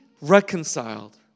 reconciled